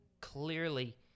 clearly